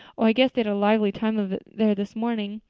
oh, i guess they had a lively time of it there this morning.